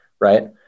Right